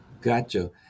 Gotcha